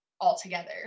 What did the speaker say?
altogether